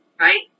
Right